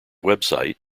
website